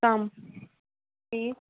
کَم